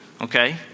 Okay